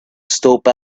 stopped